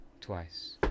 twice